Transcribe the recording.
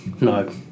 No